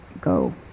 go